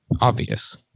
obvious